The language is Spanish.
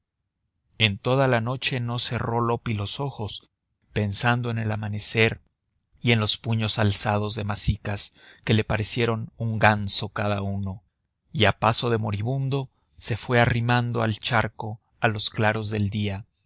en toda la noche no cerró loppi los ojos pensando en el amanecer y en los puños alzados de masicas que le parecieron un ganso cada uno y a paso de moribundo se fue arrimando al charco a los claros del día